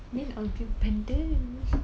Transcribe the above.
then I will feel